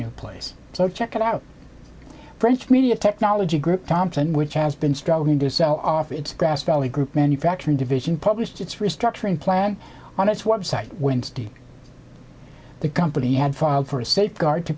new place so check it out french media technology group thompson which has been struggling to sell off its grass valley group manufacturing division published its restructuring plan on its website wednesday the company had filed for a state guard to